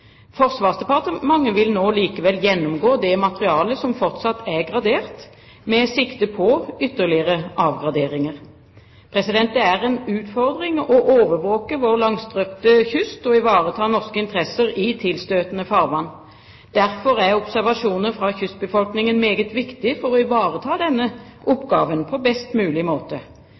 Forsvarsdepartementet vil nå likevel gjennomgå det materialet som fortsatt er gradert, med sikte på ytterligere avgraderinger. Det er en utfordring å overvåke vår langstrakte kyst og ivareta norske interesser i tilstøtende farvann. Derfor er observasjoner fra kystbefolkningen meget viktig for å ivareta denne oppgaven på best mulig måte.